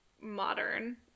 modern